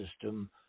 system